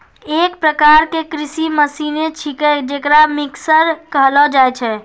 एक प्रकार क कृषि मसीने छिकै जेकरा मिक्सर कहलो जाय छै